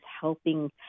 helping